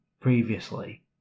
previously